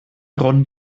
grund